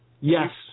Yes